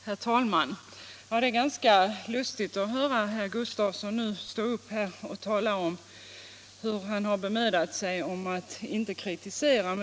Herr talman! Det är ganska lustigt att nu höra herr Gustafsson i Ronneby stå här och tala om hur han har bemödat sig om att inte kritisera.